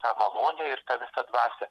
tą malonę ir tą visą dvasią